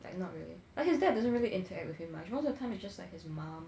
like not really but his dad doesn't really interact with him much most of the time it's just like his mum